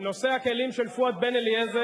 נושא הכלים של פואד בן-אליעזר,